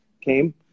came